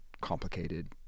complicated